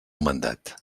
mandat